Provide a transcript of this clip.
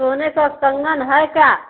सोने का कंगन है क्या